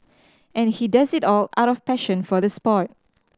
and he does it all out of passion for the sport